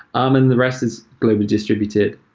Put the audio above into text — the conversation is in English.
um and the rest is globally distributed.